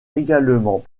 également